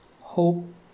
hope